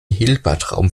hilbertraum